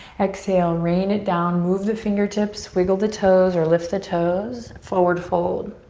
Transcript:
exhale, rain it down. move the fingertips, wiggle the toes or lift the toes. forward fold.